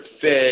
fed